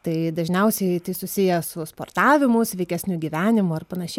tai dažniausiai tai susiję su sportavimu sveikesniu gyvenimu ar panašiai